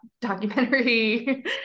documentary